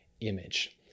image